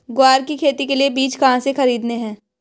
ग्वार की खेती के लिए बीज कहाँ से खरीदने हैं?